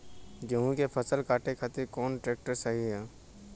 गेहूँ के फसल काटे खातिर कौन ट्रैक्टर सही ह?